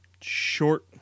short